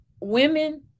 women